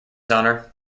honour